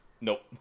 Nope